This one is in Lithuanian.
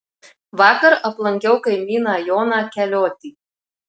vakar aplankiau kaimyną joną keliotį